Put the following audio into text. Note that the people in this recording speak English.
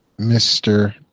Mr